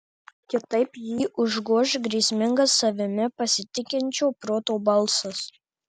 kitaip jį užgoš grėsmingas savimi pasitikinčio proto balsas